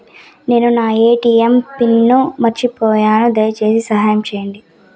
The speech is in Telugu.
నేను నా ఎ.టి.ఎం పిన్ను మర్చిపోయాను, దయచేసి సహాయం చేయండి